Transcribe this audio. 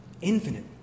infinite